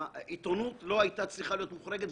שהעיתונות לא היתה צריכה להיות מוחרגת.